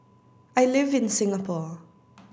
I live in Singapore